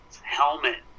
Helmet